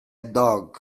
dog